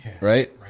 Right